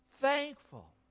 thankful